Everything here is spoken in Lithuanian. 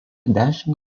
dešimt